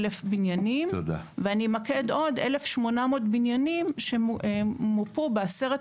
ואמקד עוד 1,800 בניינים שמופו בעשרת